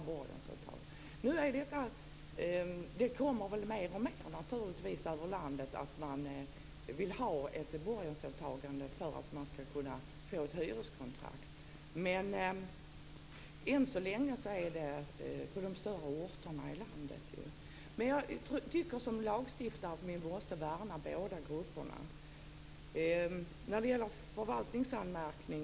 Värdar landet runt vill oftare och oftare att det skall finnas ett borgensåtagande för att en hyresgäst skall få ett hyreskontrakt. Än så länge gäller det de större orterna i landet. Jag tycker att vi som lagstiftare måste värna båda grupperna. Jag återkommer till det som sades om förvaltningsanmärkning.